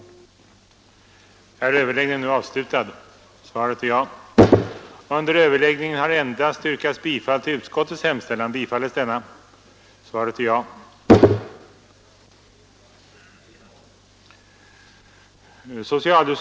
Överläggningen var härmed slutad.